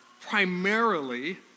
primarily